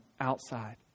outside